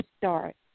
start